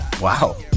Wow